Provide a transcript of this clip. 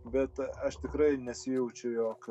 bet aš tikrai nesijaučiu jog